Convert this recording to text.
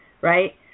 right